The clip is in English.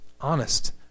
honest